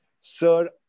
sir